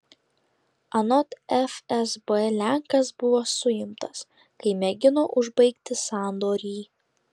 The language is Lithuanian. anot fsb lenkas buvo suimtas kai mėgino užbaigti sandorį